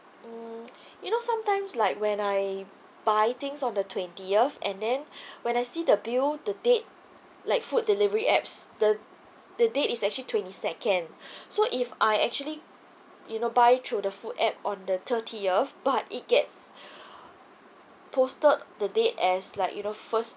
mm you know sometimes like when I buy things on the twentieth and then when I see the bill the date like food delivery apps the the date is actually twenty second so if I actually you know buy through the food app on the thirtieth but it gets posted the date as like you know first